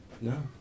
No